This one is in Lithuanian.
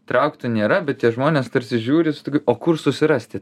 traukti nėra bet tie žmonės tarsi žiūri su tokiu o kur susirasti